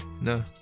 no